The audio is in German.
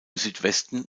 südwesten